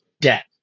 debt